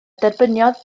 derbyniodd